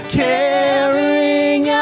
caring